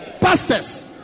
Pastors